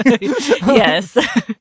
Yes